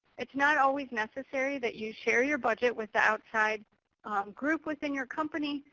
it's not always necessary that you share your budget with the outside group within your company,